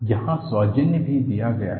यहां सौजन्य भी दिया गया है